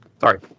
Sorry